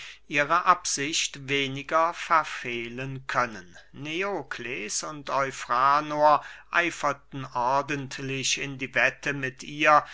ihre absicht weniger verfehlen können neokles und eufranor eiferten ordentlich in die wette mit ihr